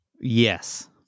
Yes